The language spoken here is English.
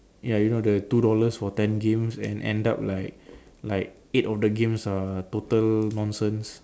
ya you know the two dollar for ten games then end up like like eight of games are total nonsense